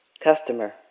Customer